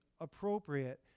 appropriate